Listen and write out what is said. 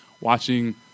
watching